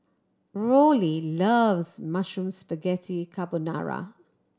Rollie loves Mushroom Spaghetti Carbonara